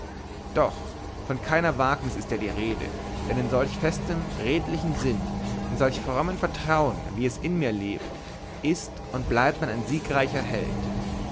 doch von keiner wagnis ist ja die rede denn in solch festem redlichen sinn in solch frommen vertrauen wie es in mir lebt ist und bleibt man ein siegreicher held